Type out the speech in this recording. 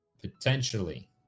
potentially